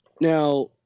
Now